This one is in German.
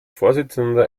vorsitzender